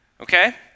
Okay